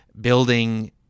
building –